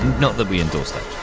not that we endorse that.